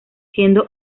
siendo